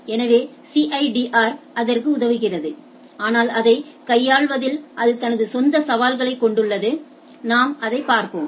எனவே சிஐடிஆர் அதற்கு உதவுகிறது ஆனால் அதை கையாள்வதில் அது தனது சொந்த சவால்களைக் கொண்டுள்ளது நாம் அதை பார்ப்போம்